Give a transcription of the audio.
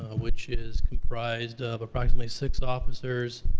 which is comprised of approximately six officers,